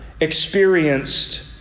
experienced